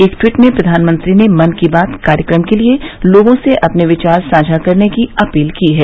एक ट्वीट में प्रधानमंत्री ने मन की बात कार्यक्रम के लिए लोगों से अपने विचार साझा करने की अपील की है